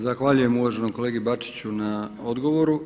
Zahvaljujem uvaženom kolegi Bačiću na odgovoru.